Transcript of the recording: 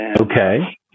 Okay